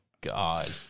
God